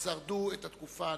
שרדו את התקופה הנוראה.